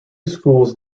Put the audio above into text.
schools